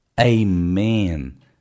Amen